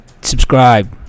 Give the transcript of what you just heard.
subscribe